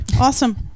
awesome